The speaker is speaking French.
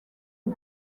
aux